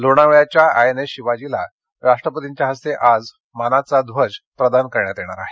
लोणावळ्याच्या I N S शिवाजीला राष्ट्रपतींच्या हस्ते आज मानाचा ध्वज प्रदान करण्यात येणार आहे